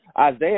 Isaiah